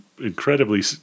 incredibly